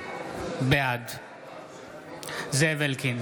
בעד זאב אלקין,